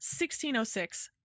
1606